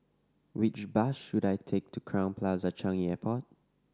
which bus should I take to Crowne Plaza Changi Airport